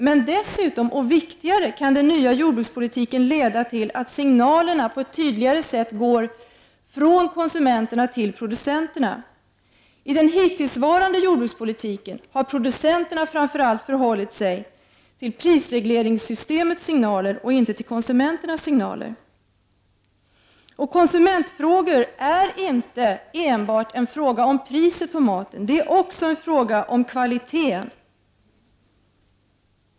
Men dessutom, vilket är viktigare, kan den nya jordbrukspolitiken leda till att signalerna på ett tydligare sätt går från konsumenterna till producenterna. I den hittillsvarande jordbrukspolitiken har producenterna framför allt förhållit sig till prisregleringssystemets signaler och inte till konsumenternas. Konsumentfrågorna handlar inte enbart om priser på mat. Konsumentfrågorna handlar också om kvalitet.